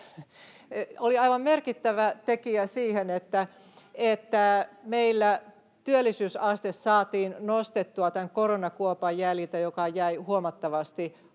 oli Siri, joka alkoi huudella — meillä työllisyysaste saatiin nostettua tämän koronakuopan jäljitä, joka jäi huomattavasti